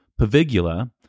Pavigula